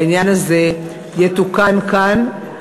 העניין הזה יתוקן כאן.